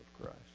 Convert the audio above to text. Christ